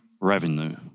revenue